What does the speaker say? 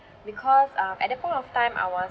because um at that point of time I was